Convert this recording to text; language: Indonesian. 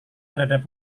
terhadap